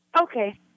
Okay